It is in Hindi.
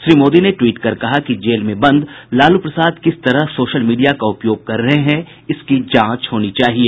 श्री मोदी ने ट्वीट कर कहा कि जेल में बंद लालू प्रसाद किस तरह सोशल मीडिया का उपयोग कर रहे हैं इसकी जांच होनी चाहिए